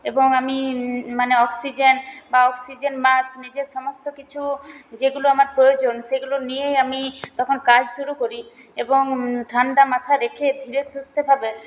এবং আমি মানে অক্সিজেন বা অক্সিজেন মাস্ক নিজের সমস্ত কিছু যেগুলো আমার প্রয়োজন সেগুলো নিয়েই আমি তখন কাজ শুরু করি এবং ঠাণ্ডা মাথা রেখে ধীরে সুস্থেভাবে